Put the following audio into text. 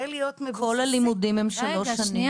להיות -- כל הלימודים הם שלוש שנים.